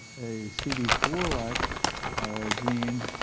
a cd four like gene,